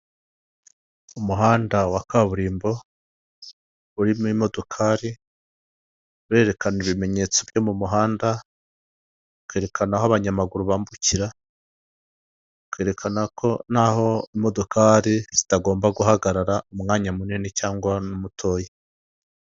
Umuhanda wa kaburimbo urimo imodokari urerekana ibimenyetso byo mu muhanda, ukererekana aho abanyamaguru bambukira; ukererekana ko naho imodokari zitagomba guhagarara umwanya munini cyangwa n'umutoya.